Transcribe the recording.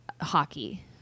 hockey